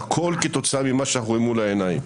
הכול כתוצאה ממה שאנחנו רואים מול העיניים.